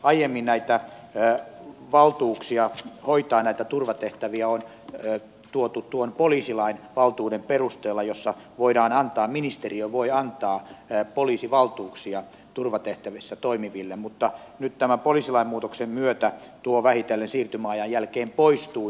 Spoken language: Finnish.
aiemmin näitä valtuuksia hoitaa turvatehtäviä on tuotu poliisilain valtuuden perusteella jossa ministeriö voi antaa poliisivaltuuksia turvatehtävissä toimiville mutta nyt tämän poliisilain muutoksen myötä tuo vähitellen siirtymäajan jälkeen poistuu